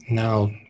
Now